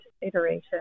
iteration